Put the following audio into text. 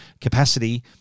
capacity